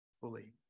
fully